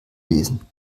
lesen